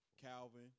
Calvin